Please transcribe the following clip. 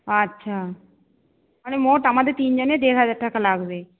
আচ্ছা মানে মোট আমাদের তিনজনের দেড় হাজার টাকা লাগবে